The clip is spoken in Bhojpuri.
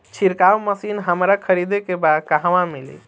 छिरकाव मशिन हमरा खरीदे के बा कहवा मिली?